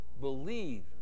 believe